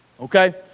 Okay